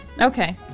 Okay